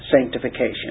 sanctification